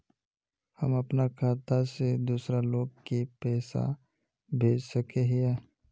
हम अपना खाता से दूसरा लोग के पैसा भेज सके हिये?